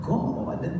God